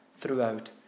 throughout